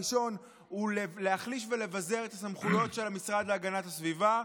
הראשון הוא להחליש ולבזר את הסמכויות של המשרד להגנת הסביבה,